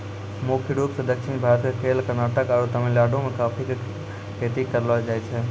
मुख्य रूप सॅ दक्षिण भारत के केरल, कर्णाटक आरो तमिलनाडु मॅ कॉफी के खेती करलो जाय छै